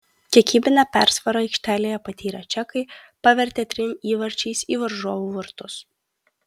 kiekybinę persvarą aikštėje patyrę čekai pavertė trim įvarčiais į varžovų vartus